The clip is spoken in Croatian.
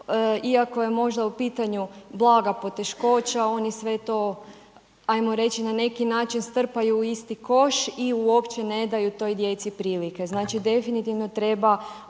iako je možda u pitanju blaga poteškoća oni sve to ajmo reći na neki način strpaju u isti koš i uopće ne daju toj djeci prilike. Znači definitivno treba